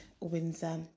Windsor